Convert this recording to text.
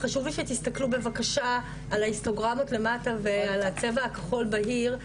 שתסתכלו בבקשה על ההיסטוגרמות למטה ועל הצבע הכחול בהיר,